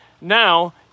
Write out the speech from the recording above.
Now